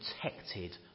protected